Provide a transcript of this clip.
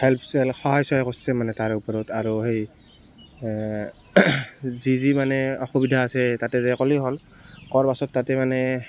help চেল্প সহায় চহায় কৰিছে মানে তাৰে ওপৰত আৰু সেই যি যি মানে অসুবিধা আছে তাতে যাই ক'লেই হ'ল কোৱাৰ পিছত তাতে মানে